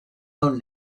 own